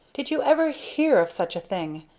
did you ever hear of such a thing!